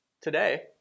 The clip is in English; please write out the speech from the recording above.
Today